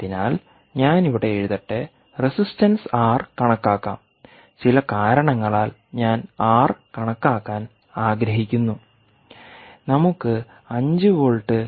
അതിനാൽ ഞാൻ ഇവിടെ എഴുതട്ടെ റെസിസ്റ്റൻസ് ആർ കണക്കാക്കാം ചില കാരണങ്ങളാൽ ഞാൻ ആർ കണക്കാക്കാൻ ആഗ്രഹിക്കുന്നു നമുക്ക് 5 വോൾട്ട് മൈനസ് 3